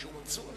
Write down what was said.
שאומצו?